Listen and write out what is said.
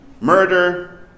Murder